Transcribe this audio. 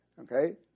okay